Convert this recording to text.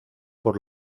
por